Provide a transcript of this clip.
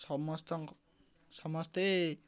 ସମସ୍ତଙ୍କ ସମସ୍ତେ